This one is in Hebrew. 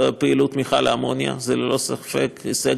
זה?